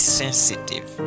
sensitive